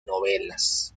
novelas